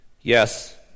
Yes